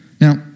Now